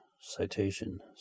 Citation